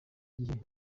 gihe